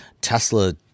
Tesla